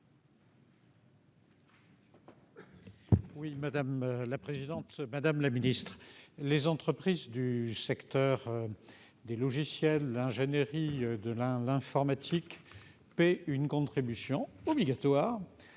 Madame la présidente, madame la ministre, les entreprises du secteur des logiciels, de l'ingénierie et de l'informatique payent une contribution obligatoire